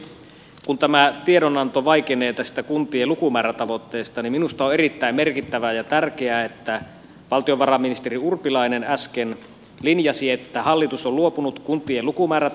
kun tämä tiedonanto vaikenee tästä kuntien lukumäärätavoitteesta niin minusta on erittäin merkittävää ja tärkeää että valtiovarainministeri urpilainen äsken linjasi että hallitus on luopunut kuntien lukumäärätavoitteesta